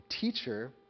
Teacher